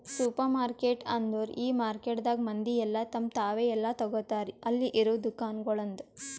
supermarket ಅಂದುರ್ ಈ ಮಾರ್ಕೆಟದಾಗ್ ಮಂದಿ ಎಲ್ಲಾ ತಮ್ ತಾವೇ ಎಲ್ಲಾ ತೋಗತಾರ್ ಅಲ್ಲಿ ಇರವು ದುಕಾನಗೊಳ್ದಾಂದು